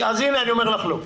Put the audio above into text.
אז הינה, אני אומר לך לא.